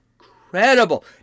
Incredible